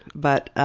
but